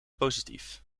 positief